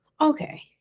okay